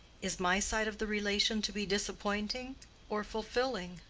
is my side of the relation to be disappointing or fulfilling